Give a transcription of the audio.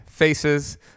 faces